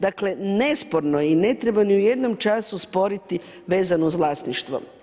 Dakle nesporno je i ne treba ni u jednom času sporiti vezano uz vlasništvo.